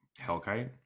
Hellkite